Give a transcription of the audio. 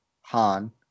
Han